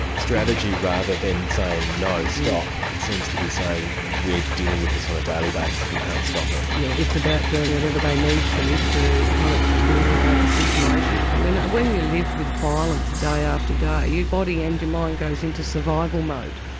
strategy, rather than saying, no, stop. it seems to be saying, we're dealing with this on a daily basis, and we can't stop it. yes, yeah it's about doing whatever they need to, to kind of ameliorate the situation. ah when you live with violence day after day, your body and your mind goes into survival mode.